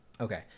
Okay